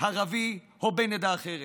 ערבי או בן עדה אחרת,